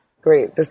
Great